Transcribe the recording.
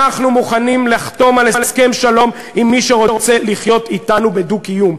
אנחנו מוכנים לחתום על הסכם שלום עם מי שרוצה לחיות אתנו בדו-קיום,